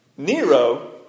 Nero